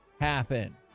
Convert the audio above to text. happen